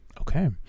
Okay